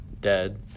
dead